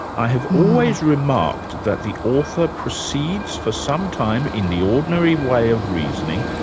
i have always remarked that the author proceeds for some time in the ordinary way of reasoning,